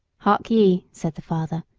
hark ye said the father,